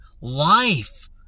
life